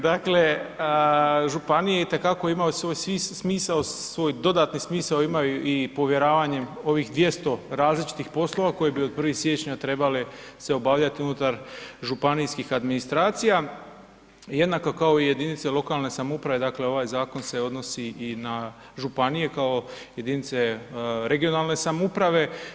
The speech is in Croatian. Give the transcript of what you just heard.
Dakle, županije itekako imao svoju smisao, svoj dodatni smisao imaju i povjeravanjem ovih 200 različitih poslova koji bi od 1. siječnja trebale se obavljati unutar županijskih administracija, jednako kao i jedinice lokalne samouprave dakle ovaj zakon se odnosi i na županije kao jedinice regionalne samouprave.